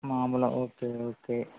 மாம்பழம் okay okay